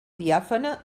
diàfana